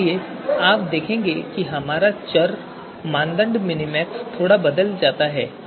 इसलिए आप देखेंगे कि हमारा चर मानदंड मिनमैक्स थोड़ा बदल गया है